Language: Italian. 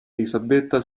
elisabetta